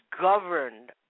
governed